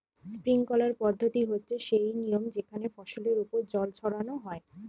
sprinkler পদ্ধতি হচ্ছে সেই নিয়ম যেখানে ফসলের ওপর জল ছড়ানো হয়